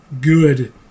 good